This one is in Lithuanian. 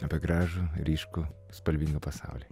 apie gražų ryškų spalvingą pasaulį